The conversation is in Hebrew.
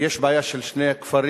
יש בעיה של שני הכפרים,